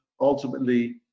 Ultimately